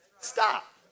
Stop